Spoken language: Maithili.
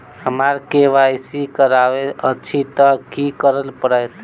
हमरा केँ वाई सी करेवाक अछि तऽ की करऽ पड़तै?